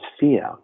fear